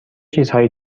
چیزهایی